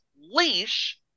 Leash